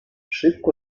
szybko